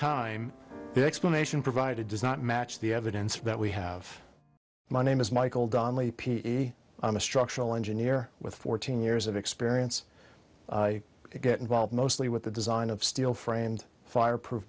time the explanation provided does not match the evidence that we have my name is michael donley p i'm a structural engineer with fourteen years of experience i get involved mostly with the design of steel framed fireproof